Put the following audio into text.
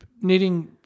knitting